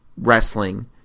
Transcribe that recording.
wrestling